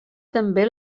també